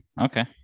okay